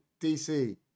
DC